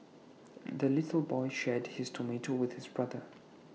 the little boy shared his tomato with his brother